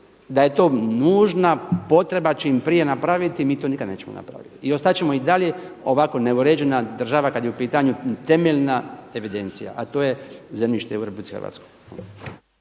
da je to nužna potreba čim prije napraviti, mi to nikada nećemo napraviti i ostat ćemo i dalje ovako neuređena država kad je u pitanju temeljna evidencija, a to je zemljište u Republici Hrvatskoj.